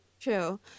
True